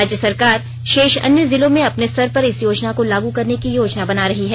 राज्य सरकार शेष अन्य जिलों में अपने स्तर पर इस योजना को लागू करने की योजना बना रही है